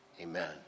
amen